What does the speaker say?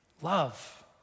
Love